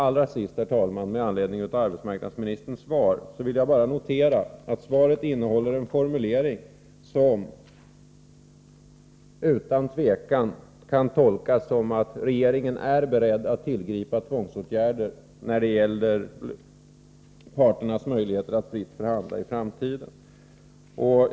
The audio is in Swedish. Allra sist, herr talman, vill jag notera att arbetsmarknadsministerns svar innehåller en formulering som utan tvivel kan tolkas så, att regeringen är beredd att tillgripa tvångsåtgärder när det gäller parternas möjligheter att fritt förhandla i framtiden.